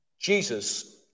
Jesus